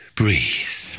breathe